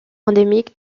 endémique